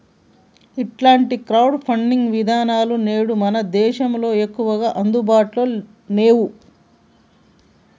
ఇలాంటి crowd funding విధానాలు నేడు మన దేశంలో ఎక్కువగా అందుబాటులో నేవు